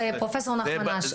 פרופ' נחמן אש,